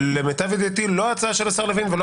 למיטב ידיעתי לא ההצעה של השר לוין ולא